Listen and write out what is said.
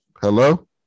Hello